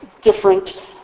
different